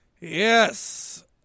Yes